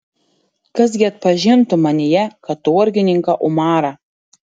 kas gi atpažintų manyje katorgininką umarą